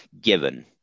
given